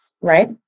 right